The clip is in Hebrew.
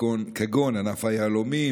כגון ענף היהלומים,